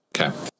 Okay